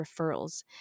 referrals